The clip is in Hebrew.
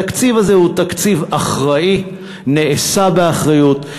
התקציב הזה הוא תקציב אחראי, נעשה באחריות.